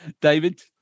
David